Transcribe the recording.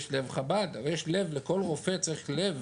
יש לב חב"ד, הרי יש לב, לכל רופא צריך לב